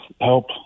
help